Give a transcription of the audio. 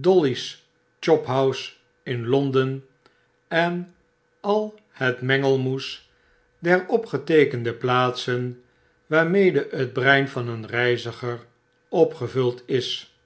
dolly's chophouse in londen en al het mengelmoes der opgeteekende plaatsen waarmede het breinvan een reiziger opgevuld is